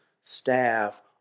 staff